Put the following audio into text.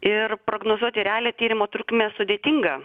ir prognozuoti realią tyrimo trukmę sudėtinga